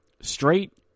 straight